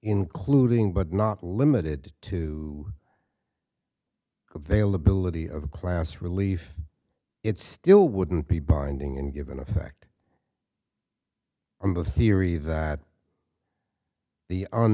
including but not limited to veil ability of class relief it still wouldn't be binding and given effect on the theory that the